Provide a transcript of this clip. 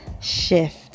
shift